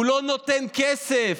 הוא לא נותן כסף.